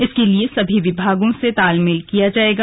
इसके लिए सभी विभागों से तालमेल किया जायेगा